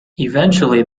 eventually